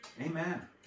Amen